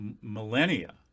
millennia